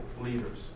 leaders